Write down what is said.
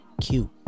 cute